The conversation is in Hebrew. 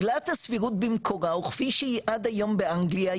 עילת הסבירות במקום וכפי שהיא עד היום באנגליה,